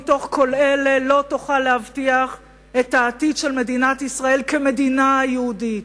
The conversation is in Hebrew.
מתוך כל אלה לא תוכל להבטיח את העתיד של מדינת ישראל כמדינה יהודית.